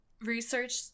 research